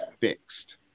fixed